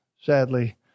sadly